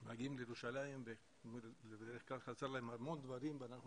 שמגיעים לירושלים ובדרך כלל חסר להם המון דברים ואנחנו